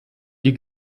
die